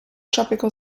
tropical